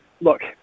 look